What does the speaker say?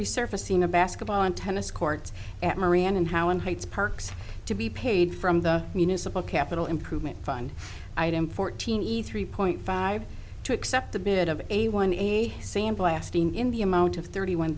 resurfacing a basketball and tennis courts marie anne and how in hades parks to be paid from the municipal capital improvement fund i am fourteen eat three point five two accept a bit of a one a sample asking in the amount of thirty one